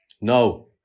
No